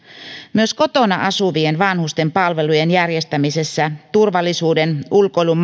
myös kotona asuvien vanhusten palvelujen järjestämisessä turvallisuudessa ulkoilun